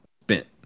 spent